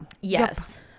yes